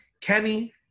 Kenny